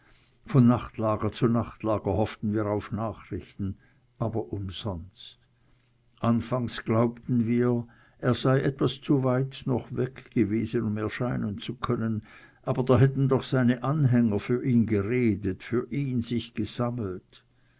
von nachtlager zu nachtlager hofften wir auf nachrichten aber umsonst anfangs glaubten wir er sei etwas zu weit weg gewesen um erscheinen zu können aber da hätten doch seine anhänger für ihn geredet für ihn sich gesammelt